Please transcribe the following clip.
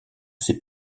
ses